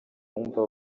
wumva